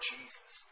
Jesus